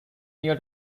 near